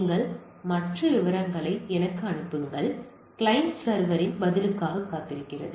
நீங்கள் மற்ற விவரங்களை எனக்கு அனுப்புங்கள் கிளையன்ட் சர்வர் இன் பதிலுக்காக காத்திருக்கிறது